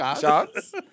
Shots